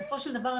בסופו של דבר,